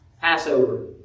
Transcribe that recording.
Passover